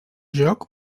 joc